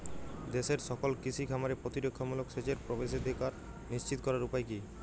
দেশের সকল কৃষি খামারে প্রতিরক্ষামূলক সেচের প্রবেশাধিকার নিশ্চিত করার উপায় কি?